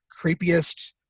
creepiest